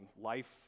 life